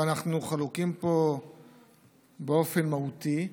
אבל אנחנו חלוקים פה באופן מהותי.